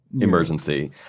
emergency